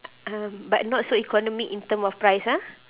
um but not so economic in terms of price ah